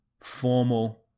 formal